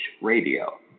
Radio